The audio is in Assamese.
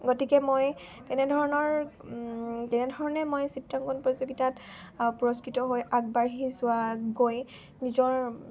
গতিকে মই তেনেধৰণৰ তেনেধৰণে মই চিত্ৰাংকণ প্ৰযোগিতাত পুৰস্কৃত হৈ আগবাঢ়ি যোৱা গৈ নিজৰ